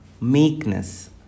meekness